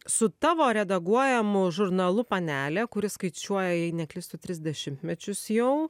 su tavo redaguojamu žurnalu panelė kuris skaičiuoja jei neklystu tris dešimtmečius jau